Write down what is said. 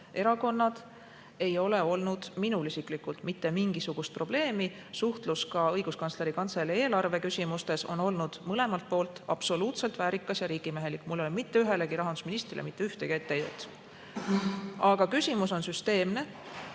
erakonnad –, pole mul olnud mitte mingisugust probleemi. Suhtlus ka Õiguskantsleri Kantselei eelarve küsimustes on olnud mõlemalt poolt väärikas ja riigimehelik. Mul ei ole mitte ühelegi rahandusministrile mitte ühtegi etteheidet. Aga küsimus on süsteemne.